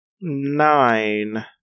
Nine